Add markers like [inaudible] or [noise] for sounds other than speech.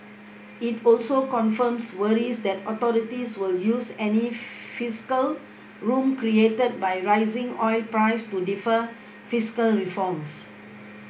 [noise] it also confirms worries that authorities will use any fiscal room created by rising oil prices to defer fiscal reforms